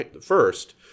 first